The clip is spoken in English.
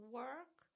work